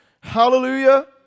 Hallelujah